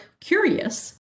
curious